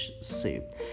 soup